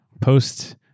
post